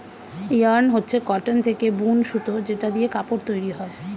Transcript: yarn হচ্ছে cotton থেকে বুন সুতো যেটা দিয়ে কাপড় তৈরী হয়